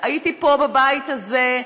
הייתי פה, בבית הזה,